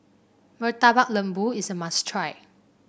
Murtabak Lembu is a must try